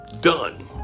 Done